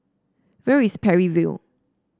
where is Parry View